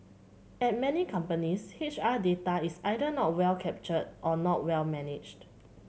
at many companies H R data is either not well captured or not well managed